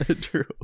True